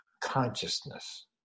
consciousness